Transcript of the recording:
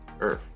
earth